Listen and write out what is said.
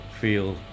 feel